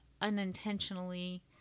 unintentionally